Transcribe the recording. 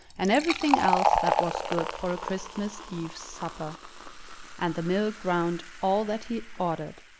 and everything else that was good for a christmas eve's supper and the mill ground all that he ordered.